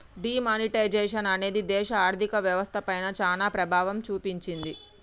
D monetisation అనేది దేశ ఆర్ధిక వ్యవస్థ పైన చానా ప్రభావం చూపించింది